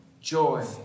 Joy